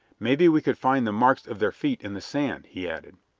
maybe we could find the marks of their feet in the sand, he added.